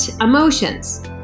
emotions